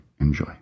Enjoy